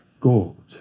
Gold